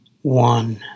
One